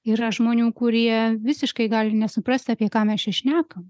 yra žmonių kurie visiškai gali nesuprast apie ką mes čia šnekam